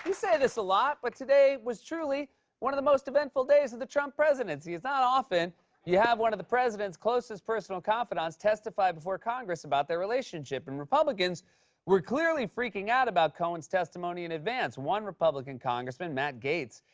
say this a lot, but today was truly one of the most eventful days of the trump presidency. it's not often you have one of the president's closest personal confidantes testify before congress about their relationship. and republicans were clearly freaking out about cohen's testimony in advance. one republican congressman, matt gaetz,